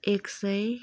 एक सय